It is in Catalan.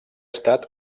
estat